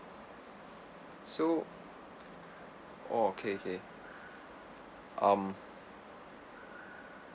so orh okay okay um